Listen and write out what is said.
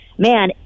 Man